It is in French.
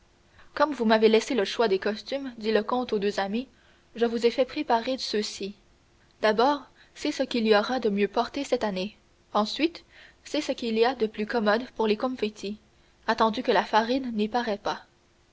comme vous m'avez laissé le choix des costumes dit le comte aux deux amis je vous ai fait préparer ceux-ci d'abord c'est ce qu'il y aura de mieux porté cette année ensuite c'est ce qu'il y a de plus commode pour les confettis attendu que la farine n'y paraît pas